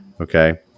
Okay